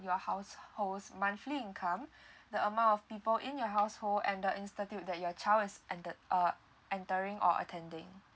your household monthly income the amount of people in your household and the institute that your child is entered uh entering or attending